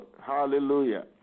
Hallelujah